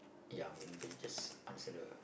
ya mainly just answer the